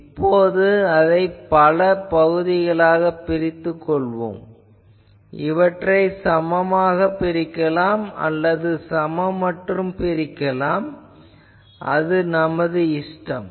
இப்போது இதைப் பல பகுதிகளாகப் பிரித்துக் கொள்வோம் இவற்றை சமமாகப் பிரிக்கலாம் அல்லது சமமற்றும் இருக்கலாம் அது உங்கள் இஷ்டம்